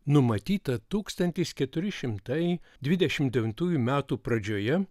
numatyta tūkstantis keturi šimtai dvidešim devintųjų metų pradžioje